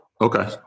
Okay